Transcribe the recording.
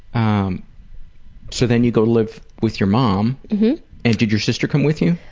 um so then you go live with your mom and did your sister come with you?